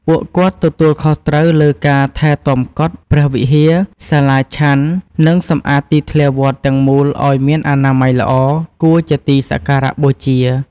ពួកគាត់ទទួលខុសត្រូវលើការ ថែទាំកុដិ ព្រះវិហារ សាលាឆាន់ និង សម្អាតទីធ្លាវត្ត ទាំងមូលឲ្យមានអនាម័យល្អ គួរជាទីសក្ការៈបូជា។